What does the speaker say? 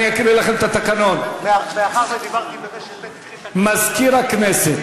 אני אקריא לכם את התקנון: "מזכיר הכנסת